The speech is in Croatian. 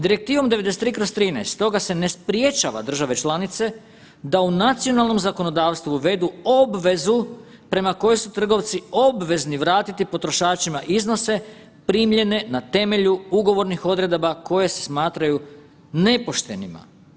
Direktivom 93/13 stoga se ne sprječava države članice da u nacionalnom zakonodavstvu uvedu obvezu prema kojoj su trgovci obvezni vratiti potrošačima iznose primljene na temelju ugovornih odredaba koje se smatraju nepoštenima.